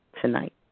tonight